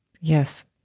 Yes